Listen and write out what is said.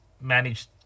managed